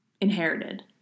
inherited